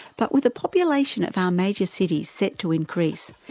but with the population of our major cities set to increase,